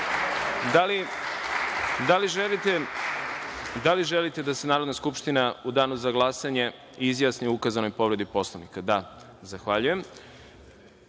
da li želite da se Narodna skupština u danu za glasanje izjasni o ukazanoj povredi Poslovnika? Da. Usmeriću